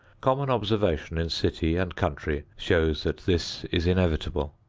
common observation in city and country shows that this is inevitable.